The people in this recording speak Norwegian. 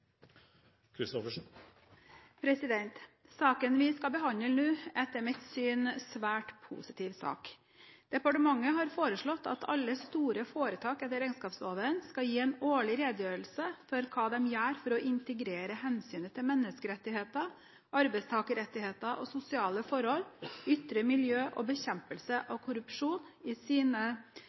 vedtatt. Saken vi skal behandle nå, er etter mitt syn en svært positiv sak. Departementet har foreslått at alle store foretak etter regnskapsloven skal gi en årlig redegjørelse for hva de gjør for å integrere hensynet til menneskerettigheter, arbeidstakerrettigheter og sosiale forhold, ytre miljø og bekjempelse av korrupsjon i sine